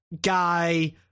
guy